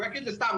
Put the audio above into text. הוא יגיד לי סתם,